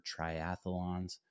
triathlons